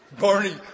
Barney